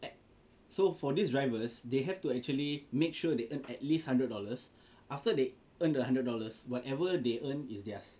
so for this drivers they have to actually make sure they earn at least hundred dollars after they earn the hundred dollars whatever they earn is theirs